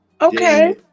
Okay